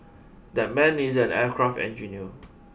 that man is an aircraft engineer